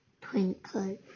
twinkle